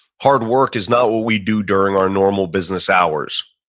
hard work is not what we do during our normal business hours.